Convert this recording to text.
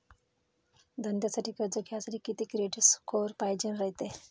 धंद्यासाठी कर्ज घ्यासाठी कितीक क्रेडिट स्कोर पायजेन रायते?